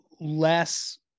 less